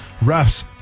Refs